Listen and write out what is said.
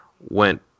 went